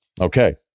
Okay